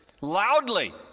loudly